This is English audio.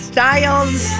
Styles